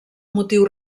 motiu